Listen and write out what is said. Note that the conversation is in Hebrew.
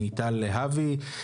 מיטל להבי.